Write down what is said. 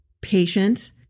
patient